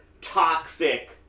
toxic